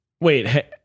Wait